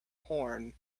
horn